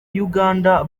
uganda